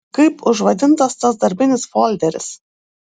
kaip užvadintas tas darbinis folderis